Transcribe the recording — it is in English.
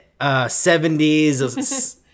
70s